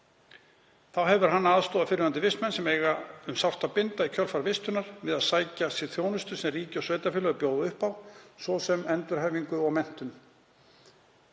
Þá hefur hann aðstoðað fyrrverandi vistmenn, sem eiga um sárt að binda í kjölfar vistunar, við að sækja sér þjónustu sem ríki og sveitarfélög bjóða upp á, svo sem endurhæfingu og menntun.